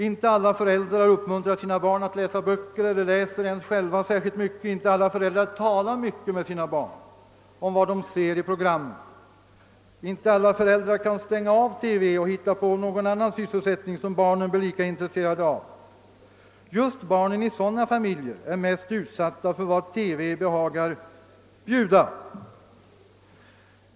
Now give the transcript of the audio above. Inte alla föräldrar uppmuntrar sina barn att läsa böcker eller läser ens själva särskilt mycket, inte alla föräldrar talar med sina barn om vad de ser i programmen, inte alla föräldrar kan stänga av TV och hitta på någon annan sysselsättning som barnen blir lika intresserade av. Just barnen i sådana familjer är mest utsatta för vad TV behagar bjuda.